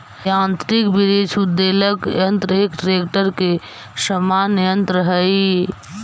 यान्त्रिक वृक्ष उद्वेलक यन्त्र एक ट्रेक्टर के समान यन्त्र हई